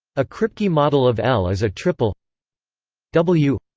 a kripke model of l is a triple w,